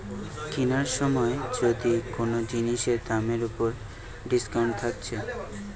কিনার সময় যদি কুনো জিনিসের দামের উপর ডিসকাউন্ট থাকছে